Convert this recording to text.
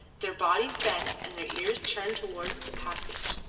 their bodies bent and their ears turned towards the passage.